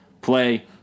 Play